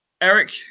Eric